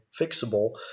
fixable